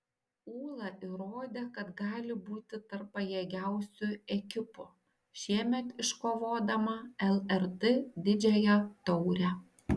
ūla įrodė kad gali būti tarp pajėgiausių ekipų šiemet iškovodama lrt didžiąją taurę